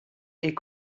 est